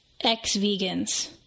ex-vegans